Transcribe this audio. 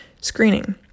Screening